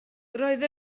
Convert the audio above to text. roedd